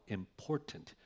important